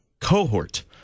cohort